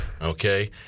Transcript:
okay